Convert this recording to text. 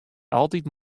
altyd